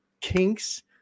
Kinks